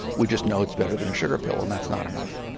we just know it's better than a sugar pill and that's not enough.